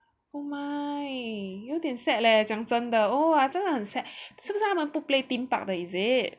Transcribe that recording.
oh my 有点 sad leh 讲真的 oh !wah! 真的很 sad 是不是他们不 play theme park 的 is it